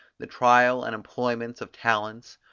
the trial and employments of talents,